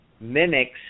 mimics